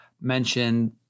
mentioned